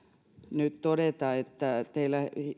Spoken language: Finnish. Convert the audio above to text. nyt todeta että